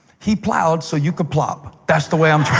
he plowed so you could plop. that's the way i'm